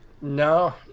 No